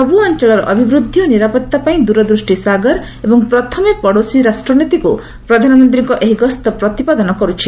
ସବୁ ଅଞ୍ଚଳର ଅଭିବୃଦ୍ଧି ଓ ନିରାପତ୍ତାପାଇଁ ଦୂରଦୃଷ୍ଟି 'ସାଗର' ଏବଂ 'ପ୍ରଥମେ ପଡ଼ୋଶୀ ରାଷ୍ଟ୍ର ନୀତି'କୁ ପ୍ରଧାନମନ୍ତ୍ରୀଙ୍କ ଏହି ଗସ୍ତ ପ୍ରତିପାଦନ କରୁଛି